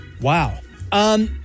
Wow